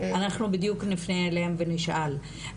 אנחנו בדיוק נפנה אליהם ונשאל.